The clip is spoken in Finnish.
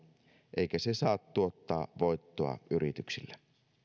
eikä se saa tuottaa voittoa yrityksille